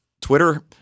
Twitter